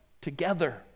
together